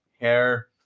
hair